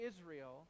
Israel